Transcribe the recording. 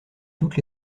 toutes